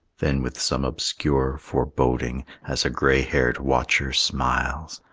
then with some obscure foreboding, as a gray-haired watcher smiles,